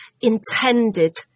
intended